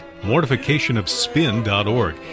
mortificationofspin.org